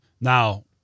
now –